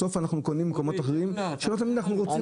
בסוף אנחנו קונים במקומות אחרים שלא תמיד אנחנו רוצים,